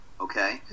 Okay